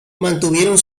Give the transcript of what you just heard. mantuvieron